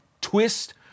twist